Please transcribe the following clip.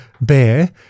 bear